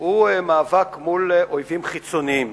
הוא מאבק מול אויבים חיצוניים,